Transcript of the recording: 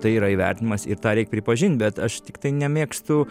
tai yra įvertinimas ir tą reik pripažint bet aš tiktai nemėgstu